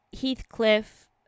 Heathcliff